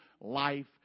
life